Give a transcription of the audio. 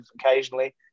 occasionally